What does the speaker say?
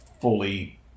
fully